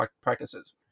practices